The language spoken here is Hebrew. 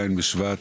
י"ז בשבט,